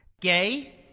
Gay